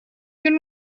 can